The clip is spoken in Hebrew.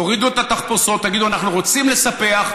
תורידו את התחפושות, תגידו: אנחנו רוצים לספח.